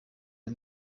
ati